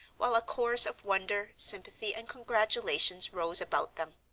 while a chorus of wonder, sympathy, and congratulations rose about them.